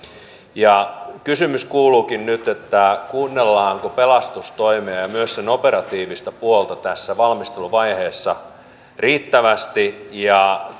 kysymys kuuluukin nyt kuunnellaanko pelastustoimea ja ja myös sen operatiivista puolta tässä valmisteluvaiheessa riittävästi ja